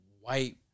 white